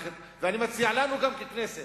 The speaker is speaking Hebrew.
לסיום, אני מציע גם לנו, ככנסת,